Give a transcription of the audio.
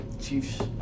Chiefs